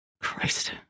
Christ